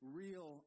real